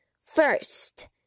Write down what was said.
First